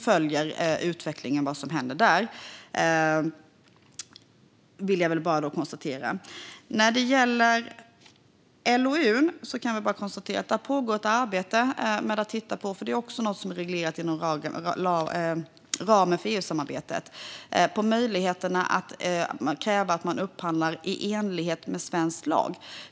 Regeringen följer utvecklingen. När det gäller LOU kan jag konstatera att det pågår ett arbete. Det är också något som är reglerat inom ramen för EU-samarbetet. Vi tittar på möjligheterna att kräva att upphandling sker i enlighet med svensk lag.